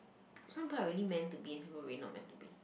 some people are really meant to be and some people really not meant to be